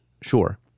sure